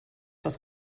das